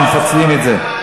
אנחנו מפצלים את זה.